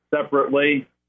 separately